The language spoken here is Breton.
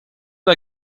eus